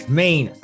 main